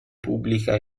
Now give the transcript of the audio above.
pubblica